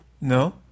No